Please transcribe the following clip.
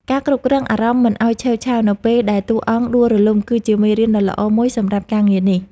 ការគ្រប់គ្រងអារម្មណ៍មិនឱ្យឆេវឆាវនៅពេលដែលតួអង្គដួលរលំគឺជាមេរៀនដ៏ល្អមួយសម្រាប់ការងារនេះ។